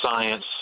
science